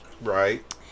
Right